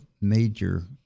major